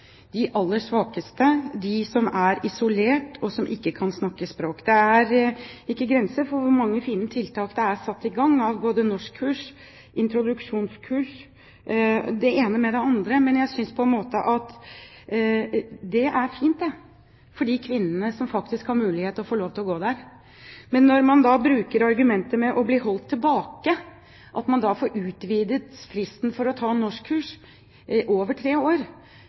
de aller svakeste, de som er isolert, og som ikke kan snakke språket. Det er ikke grenser for hvor mange fine tiltak det er satt i gang – både norskkurs og introduksjonskurs, det ene med det andre. Jeg synes det er fint for de kvinnene som har mulighet til å gå der. Men når man bruker argumentet å bli «holdt tilbake» for å få utvidet fristen for å ta norskkurs over tre år,